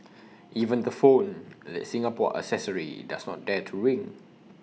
even the phone that Singapore accessory does not dare to ring